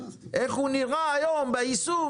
איך הוא נראה היום ביישום?